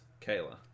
Kayla